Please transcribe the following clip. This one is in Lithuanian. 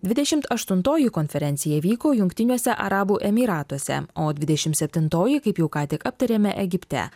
dvidešimt aštuntoji konferencija vyko jungtiniuose arabų emyratuose o dvidešimt septintoji kaip jau ką tik aptarėme egipte